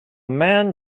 man